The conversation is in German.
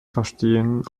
verstehen